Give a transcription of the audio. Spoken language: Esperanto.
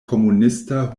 komunista